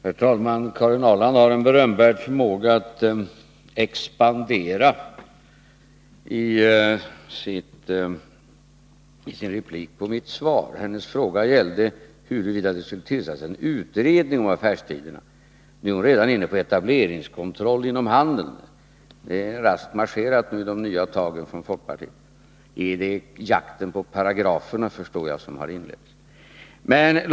Herr talman! Karin Ahrland har en berömvärd förmåga att expandera i sin replik på mitt svar. Hennes fråga gällde huruvida det skulle tillsättas en utredning om affärstiderna. Nu är hon redan inne på etableringskontroll inom handeln. Det är raskt marscherat med de nya tagen från folkpartiet. Det är väl jakten på paragraferna som har inletts, förstår jag.